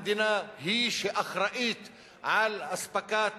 המדינה היא שאחראית לאספקת